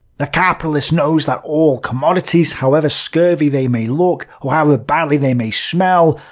the capitalist knows that all commodities, however scurvy they may look, or however badly they may smell,